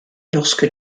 lorsque